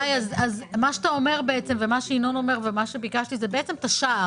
מה שאתה אומר, מה שינון אומר ומה שביקשתי זה השער.